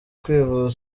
kwivuza